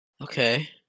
Okay